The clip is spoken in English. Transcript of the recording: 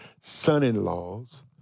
son-in-laws